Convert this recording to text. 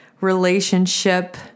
relationship